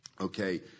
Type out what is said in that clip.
Okay